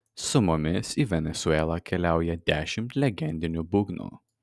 su mumis į venesuelą keliauja dešimt legendinių būgnų